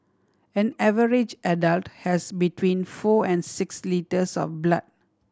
an average adult has between four and six litres of blood